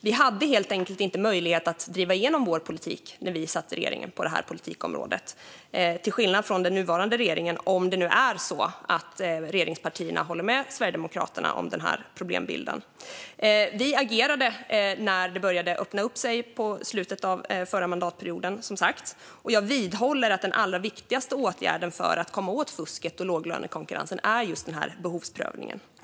Vi hade helt enkelt inte möjlighet att driva igenom vår politik på det här området när vi satt i regeringen, till skillnad från den nuvarande regeringen - om det nu är så att regeringspartierna håller med Sverigedemokraterna om problembilden. Vi agerade som sagt när det började öppna upp sig i slutet av den förra mandatperioden, och jag vidhåller att den allra viktigaste åtgärden för att komma åt fusket och låglönekonkurrensen är just behovsprövning.